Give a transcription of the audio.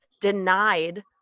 denied